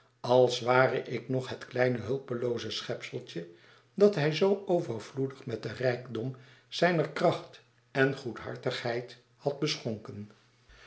als ware ik nog het kleine huipelooze schepseltje dat hij zoo overvloedig met den rijkdom zijner kracht en goedhartigheid had beschonken